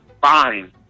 Fine